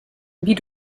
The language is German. wie